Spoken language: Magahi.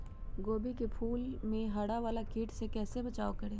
गोभी के फूल मे हरा वाला कीट से कैसे बचाब करें?